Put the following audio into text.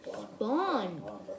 spawn